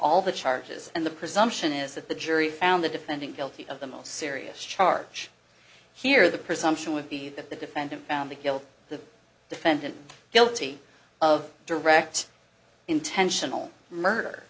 all the charges and the presumption is that the jury found the defendant guilty of the most serious charge here the presumption would be that the defendant found the guilty the defendant guilty of direct intentional